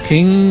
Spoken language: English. King